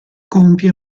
compie